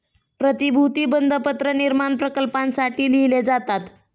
प्रतिभूती बंधपत्र निर्माण प्रकल्पांसाठी लिहिले जातात